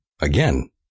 Again